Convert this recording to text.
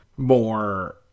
more